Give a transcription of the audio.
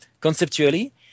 conceptually